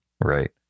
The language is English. right